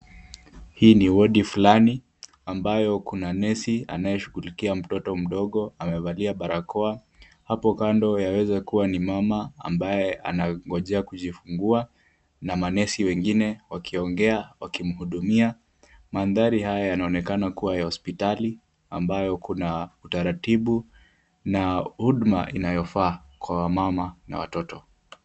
Hii ni wodi fulani ambayo kuna nesi anayeshughulikia mtoto mdogo. Amevalia barakoa. Hapo kando yawezakuwa ni mama ambaye anangojea kujifungua na manesi wengine wakiongea wakimhudumia. Mandhari haya yanaonekana kuwa ya hospitali ambayo kuna utaratibu na huduma inayofaa kwa akina mama na watoto.